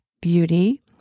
beauty